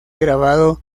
grabado